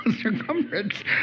circumference